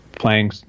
playing